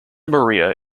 maria